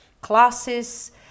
classes